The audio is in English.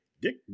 Dick